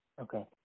okay